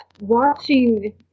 watching